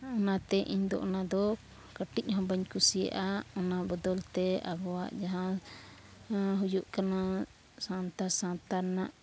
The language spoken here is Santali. ᱚᱱᱟᱛᱮ ᱤᱧᱫᱚ ᱚᱱᱟᱫᱚ ᱠᱟᱹᱴᱤᱡ ᱦᱚᱸ ᱵᱟᱹᱧ ᱠᱩᱥᱤᱭᱟᱜᱼᱟ ᱚᱱᱟ ᱵᱚᱫᱚᱞᱛᱮ ᱟᱵᱚᱣᱟᱜ ᱡᱟᱦᱟᱸ ᱦᱩᱭᱩᱜ ᱠᱟᱱᱟ ᱥᱟᱱᱛᱟᱲ ᱥᱟᱶᱛᱟ ᱨᱮᱱᱟᱜ